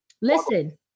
listen